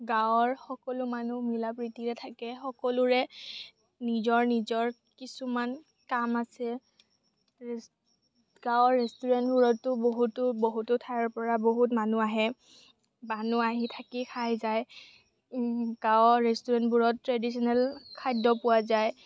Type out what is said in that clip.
গাঁৱৰ সকলো মানুহ মিলা প্ৰীতিৰে থাকে সকলোৰে নিজৰ নিজৰ কিছুমান কাম আছে গাৱঁৰ ৰেষ্টুৰেন্টবোৰতো বহুতো বহুতো ঠাইৰ পৰা বহুত মানুহ আহে মানুহ আহি থাকি খাই যায় গাৱঁৰ ৰেষ্টুৰেন্টবোৰত ট্ৰেডিশ্য়নেল খাদ্য় পোৱা যায়